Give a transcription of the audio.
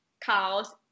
cows